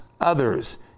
others